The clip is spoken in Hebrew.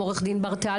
בבקשה.